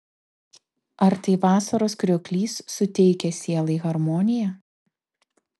ar tai vasaros krioklys suteikia sielai harmoniją